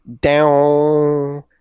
down